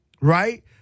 right